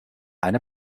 eine